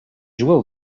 jouaient